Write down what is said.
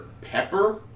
pepper